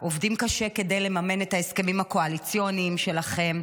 עובדים קשה כדי לממן את ההסכמים הקואליציוניים שלכם,